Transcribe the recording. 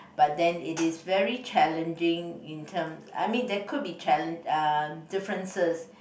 but then it very challenging in term I mean there could be challen~ um differences